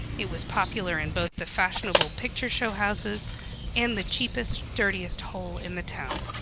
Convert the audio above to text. it was popular in both the fashionable picture show houses and the cheapest, dirtiest hole in the town.